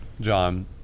John